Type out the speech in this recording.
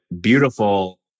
beautiful